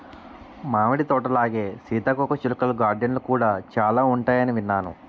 మామిడి తోటలాగే సీతాకోకచిలుకల గార్డెన్లు కూడా చాలా ఉంటాయని విన్నాను